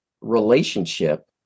relationship